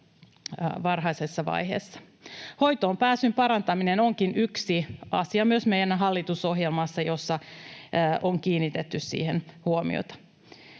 varhaisessa vaiheessa. Hoitoonpääsyn parantaminen onkin yksi asia myös meidän hallitusohjelmassa, jossa on kiinnitetty siihen huomiota.